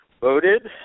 voted